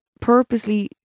purposely